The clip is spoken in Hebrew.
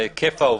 זה היקף העובדים.